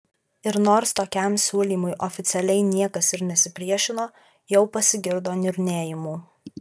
ir nors tokiam siūlymui oficialiai niekas ir nesipriešino jau pasigirdo niurnėjimų